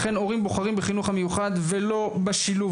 לכן, הורים בוחרים בחינוך המיוחד ולא בשילוב.